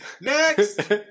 Next